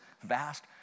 vast